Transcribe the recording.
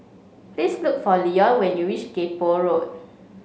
please look for Leon when you reach Kay Poh Road